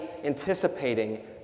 Anticipating